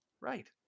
Right